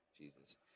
jesus